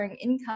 income